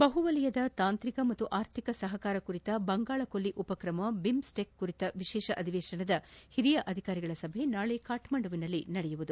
ಬಹು ವಲಯದ ತಾಂತ್ರಿಕ ಮತ್ತು ಆರ್ಥೀಕ ಸಹಕಾರ ಕುರಿತ ಬಂಗಾಳ ಕೊಲ್ಲಿ ಉಪಕ್ರಮ ಬಿಮ್ಸ್ಟಿಕ್ ಕುರಿತ ವಿಶೇಷ ಅಧಿವೇಶನದ ಹಿರಿಯ ಅಧಿಕಾರಿಗಳ ಸಭೆ ನಾಳಿ ಕಠ್ಮಂಡುವಿನಲ್ಲಿ ನಡೆಯಲಿದೆ